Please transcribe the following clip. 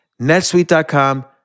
netsuite.com